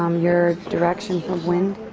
um your direction for wind.